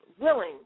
willing